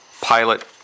pilot